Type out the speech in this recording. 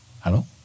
Hello